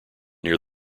near